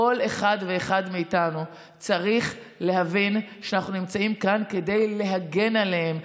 כל אחד ואחד מאיתנו צריך להבין שאנחנו נמצאים כאן כדי להגן עליהן,